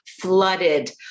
flooded